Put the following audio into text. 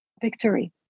Victory